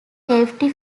hefty